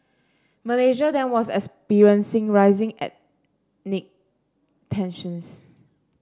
Malaysia then was experiencing rising ethnic tensions